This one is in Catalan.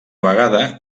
vegada